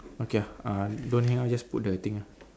okay ah uh don't hang up just put the thing ah